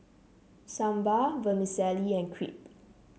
Sambar Vermicelli and Crepe